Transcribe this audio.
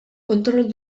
kontrol